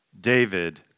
David